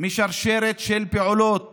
משרשרת של פעולות